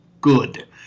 good